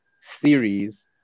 series